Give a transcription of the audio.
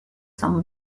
son